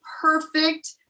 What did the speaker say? perfect